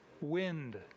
Wind